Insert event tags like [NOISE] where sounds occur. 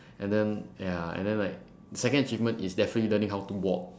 [BREATH] and then ya and then like second achievement is definitely learning how to walk